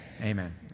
amen